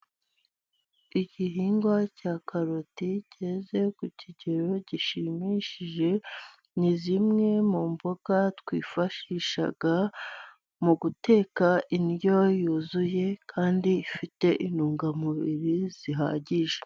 Igihingwa cya karoti kigeze ku kigero gishimishije ,ni zimwe mu mboga twifashisha mu guteka indyo yuzuye, kandi ifite intungamubiri zihagije.